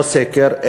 לא סקר,